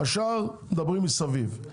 השאר מדברים מסביב.